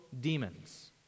demons